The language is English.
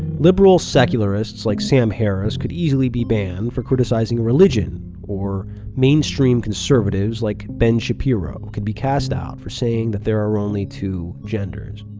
liberal secularists like sam harris could easily be banned for criticizing a religion or mainstream conservatives like ben shapiro could be cast out for saying that there are only two genders.